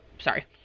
sorry